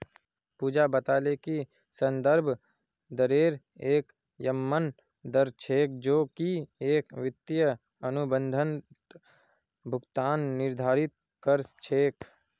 पूजा बताले कि संदर्भ दरेर एक यममन दर छेक जो की एक वित्तीय अनुबंधत भुगतान निर्धारित कर छेक